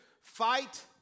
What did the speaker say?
Fight